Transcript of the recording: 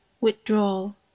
withdrawal